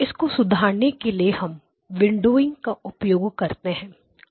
इसको सुधारने के लिए हम विंडोइंग का उपयोग करते हैं